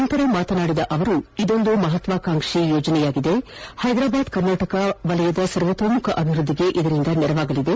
ನಂತರ ಮಾತನಾಡಿದ ಅವರು ಇದೊಂದು ಮಹತ್ವಾಕಾಂಕ್ಷಿ ಯೋಜನೆಯಾಗಿದ್ದು ಹೈದರಾಬಾದ್ ಕರ್ನಾಟಕ ಭಾಗದ ಸರ್ವತೋಮುಖ ಅಭಿವೃದ್ಧಿಗೆ ನೆರವಾಗಲಿದೆ